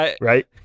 right